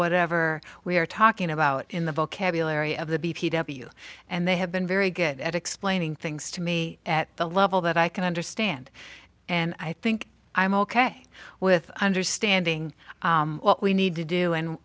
whatever we are talking about in the vocabulary of the b p w and they have been very good at explaining things to me at the level that i can understand and i think i'm ok with understanding what we need to do and